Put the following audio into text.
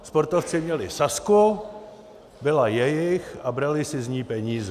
Sportovci měli Sazku, byla jejich a brali si z ní peníze.